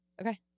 Okay